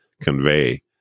Convey